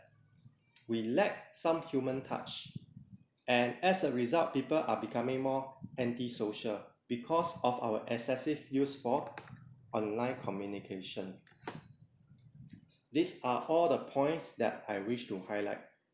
we lack some human touch and as a result people are becoming more anti-social because of our excessive use for online communication these are all the points that I wish to highlight